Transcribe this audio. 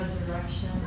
resurrection